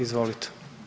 Izvolite.